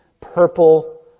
purple